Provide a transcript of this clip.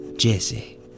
Jesse